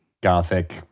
Gothic